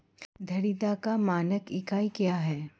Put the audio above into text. धारिता का मानक इकाई क्या है?